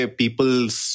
people's